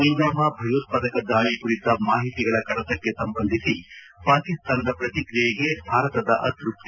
ಪುಲ್ವಾಮ ಭಯೋತ್ಪಾದಕ ದಾಳಿ ಕುರಿತ ಮಾಹಿತಿಗಳ ಕಡತಕ್ಕೆ ಸಂಬಂಧಿಸಿ ಪಾಕಿಸ್ತಾನದ ಪ್ರತಿಕ್ರಿಯೆಗೆ ಭಾರತದ ಅತೃಪ್ತಿ